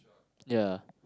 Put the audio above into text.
ya